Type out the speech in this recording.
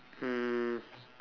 um